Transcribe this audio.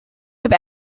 have